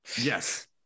Yes